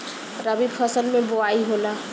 रबी फसल मे बोआई होला?